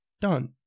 Done